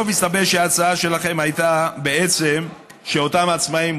בסוף הסתבר שההצעה שלכם הייתה בעצם שאותם עצמאים